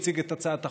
שהציג את הצעת החוק,